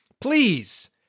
Please